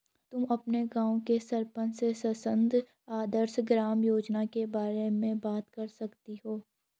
तुम अपने गाँव के सरपंच से सांसद आदर्श ग्राम योजना के बारे में बात कर सकती हो